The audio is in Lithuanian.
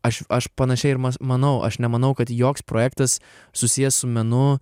aš aš panašiai ir manau aš nemanau kad joks projektas susijęs su menu